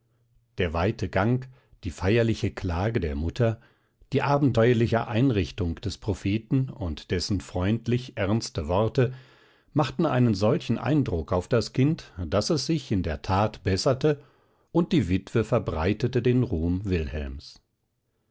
der weite gang die feierliche klage der mutter die abenteuerliche einrichtung des propheten und dessen freundlich ernste worte machten einen solchen eindruck auf das kind daß es sich in der tat besserte und die witwe verbreitete den ruhm